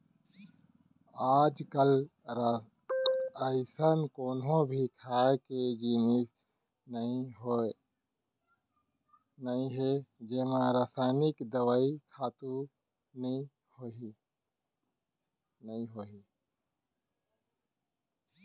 आजकाल अइसन कोनो भी खाए के जिनिस नइ हे जेमा रसइनिक दवई, खातू नइ होही